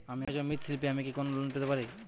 আমি একজন মৃৎ শিল্পী আমি কি কোন লোন পেতে পারি?